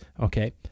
Okay